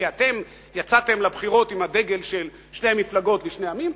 כי אתם יצאתם לבחירות עם הדגל של שתי מדינות לשני עמים,